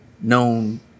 known